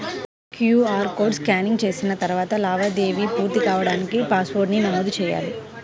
QR code scanning చేసిన తరువాత లావాదేవీ పూర్తి కాడానికి పాస్వర్డ్ను నమోదు చెయ్యాలి